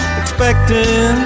expecting